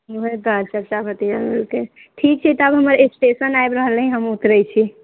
बड़ी काल चर्चा बतिया लेलके ठीक छै तऽ आब हमरा स्टेशन आबि रहल अइ हम उतरै छी